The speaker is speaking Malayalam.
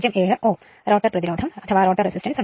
07 ഒഹ്മ് റോട്ടർ പ്രതിരോധം ഉണ്ട്